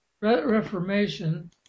Reformation